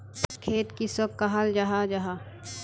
खेत किसोक कहाल जाहा जाहा?